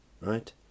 right